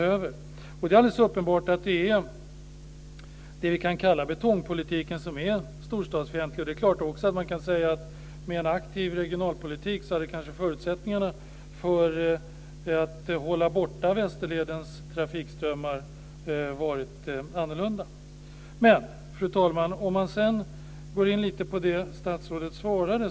Det är klart att det som vi kan kalla betongpolitik är storstadsfientlig, och det kan också sägas att med en aktiv regionalpolitik hade förutsättningarna för att hålla Västerledens trafikströmmar borta varit annorlunda. Fru talman! Låt mig så gå in lite på det som statsrådet svarade.